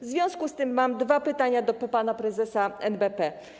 W związku z tym mam dwa pytania do pana prezesa NBP.